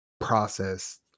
process